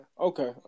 okay